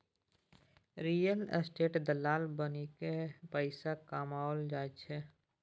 real estate दलाल बनिकए पैसा कमाओल जा सकैत छै